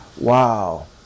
wow